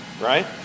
Right